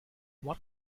what